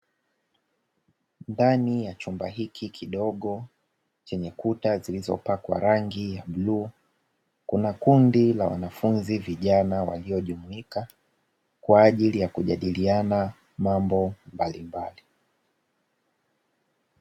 Ndani ya chumba hiki kidogo chenye kuta zilizopakwa rangi ya bluu, kuna kundi la wanafunzi vijana waliojumuika kwa ajili ya kujadiliana mambo mbalimbali.